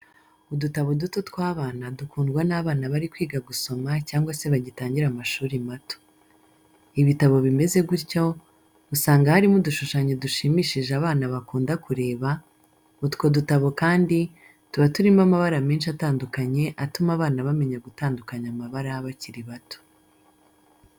Udutabo duto tw'abana dukundwa n'abana bari kwiga gusoma cyangwa se bagitangira amashuri mato. Ibitabo bimeze gutyo usanga harimo udushushanyo dushimishije abana bakunda kureba, utwo dutabo kandi tuba turimo amabara menshi atandukanye atuma abana bamenya gutandukanya amabara bakiri bato.